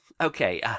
okay